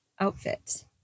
outfit